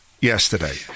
yesterday